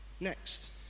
Next